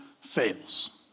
fails